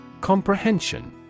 Comprehension